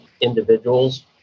individuals